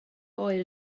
oer